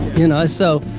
you know? so,